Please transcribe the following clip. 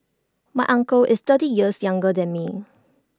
my uncle is thirty years younger than me